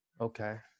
Okay